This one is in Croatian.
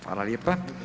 Hvala lijepa.